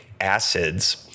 acids